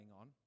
on